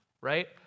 right